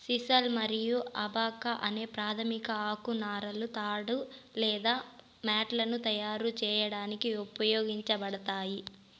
sisal మరియు abaca అనే ప్రాధమిక ఆకు నారలు తాడు లేదా మ్యాట్లను తయారు చేయడానికి ఉపయోగించబడతాయి